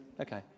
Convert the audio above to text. Okay